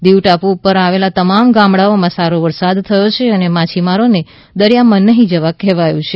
દીવ ટાપુ ઉપર આવેલા તમામ ગામડામાં સારો વરસાદ થયો છે અને માછીમારોને દરિયામાં નહીં જવા કહેવાયુ છે